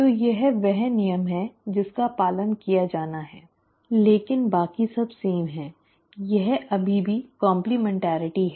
तो यह वह नियम है जिसका पालन किया जाना है लेकिन बाकी सब समान है यह अभी भी काम्प्लिमेन्टैरिटी है